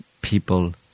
people